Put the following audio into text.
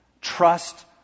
Trust